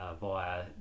Via